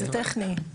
זה טכני.